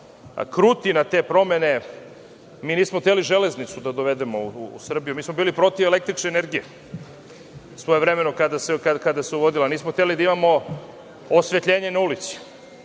kruti na te promene. Mi nismo hteli železnicu da dovedemo u Srbiju. Mi smo bili protiv električne energije, svojevremeno kada se uvodila. Nismo hteli da imamo osvetljenje na ulici.